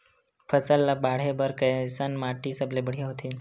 फसल ला बाढ़े बर कैसन माटी सबले बढ़िया होथे?